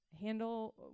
handle